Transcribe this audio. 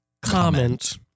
comment